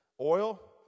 Oil